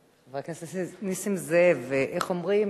חבר הכנסת נסים זאב, איך אומרים?